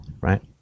right